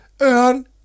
earn